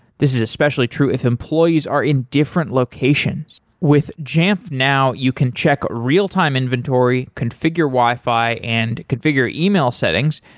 this is especially true if employees are in different locations. with jamf now, you can check real-time inventory, configure wi-fi and configure email settings.